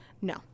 No